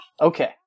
Okay